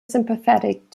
sympathetic